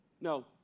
No